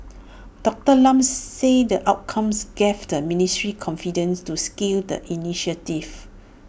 Doctor Lam said the outcomes gave the ministry confidence to scale the initiative